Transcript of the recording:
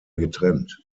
getrennt